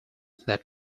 that